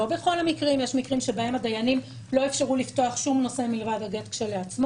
היו לנו גם במקרים שהבעל ניסה לפתוח את הנושאים האחרים,